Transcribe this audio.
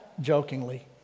jokingly